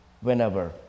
whenever